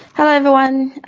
hello everyone.